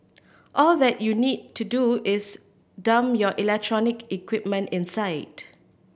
all that you need to do is dump your electronic equipment inside